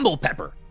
pepper